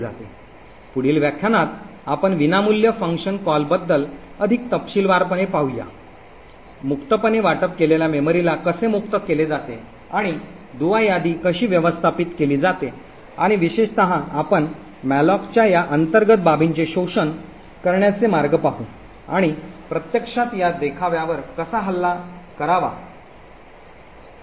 पुढील व्याख्यानात आपण विनामूल्य फंक्शन कॉलबद्दल अधिक तपशीलवारपणे पाहूया मुक्तपणे वाटप केलेल्या मेमरीला कसे मुक्त केले जाते आणि दुवा यादी कशी व्यवस्थापित केली जाते आणि विशेषतः आपण मॅलोकच्या या अंतर्गत बाबींचे शोषण करण्याचे मार्ग पाहू आणि प्रत्यक्षात या देखाव्यावर कसा हल्ला करावा